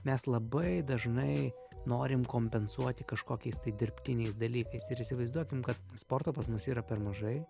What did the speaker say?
mes labai dažnai norim kompensuoti kažkokiais tai dirbtiniais dalykais ir įsivaizduokim kad sporto pas mus yra per mažai